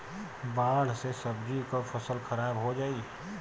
बाढ़ से सब्जी क फसल खराब हो जाई